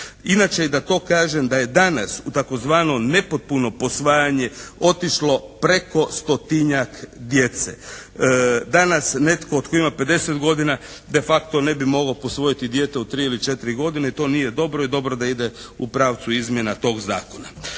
Inače i da to kažem da je danas u tzv. nepotpuno posvajanje otišlo preko stotinjak djece. Danas netko tko ima 50 godina de facto ne bi mogao posvojiti dijete od 3 ili 4 godine i to nije dobro i dobro da ide u pravcu izmjena tog Zakona.